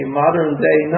modern-day